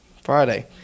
Friday